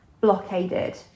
blockaded